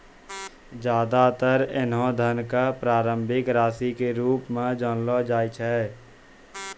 ज्यादातर ऐन्हों धन क प्रारंभिक राशि के रूप म जानलो जाय छै